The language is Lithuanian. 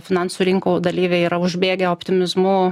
finansų rinkų dalyviai yra užbėgę optimizmu